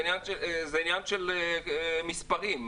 מספרים.